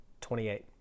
28